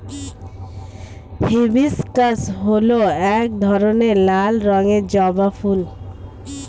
hibiscus হল এক ধরনের লাল রঙের জবা ফুল